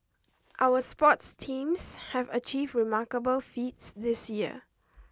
our sports teams have achieved remarkable feats this year